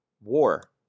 War